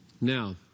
Now